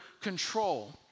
control